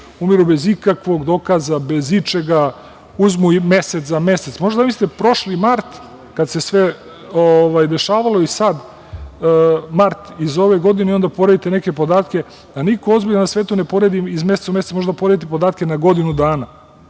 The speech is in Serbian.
nas. Bez ikakvog dokaza, bez ičega, uzmu mesec za mesec. Možete da zamislite, prošli mart, kada se sve dešavalo, i sada mart iz ove godine i onda poredite neke podatke, a niko ozbiljan na svetu ne poredi iz meseca u mesec, možete da poredite podatke na godinu dana.